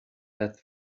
that